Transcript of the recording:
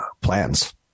plans